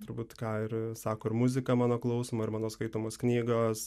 turbūt ką ir sako ir muzika mano klausoma ir mano skaitomos knygos